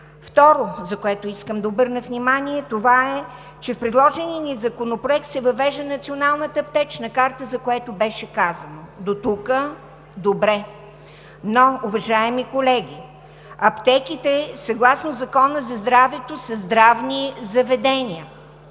Второто, на което искам да обърна внимание, е, че в предложения ни законопроект се въвежда Националната аптечна карта, за което беше казано. Дотук – добре! Но, уважаеми колеги, аптеките, съгласно Закона за здравето, са здравни заведения.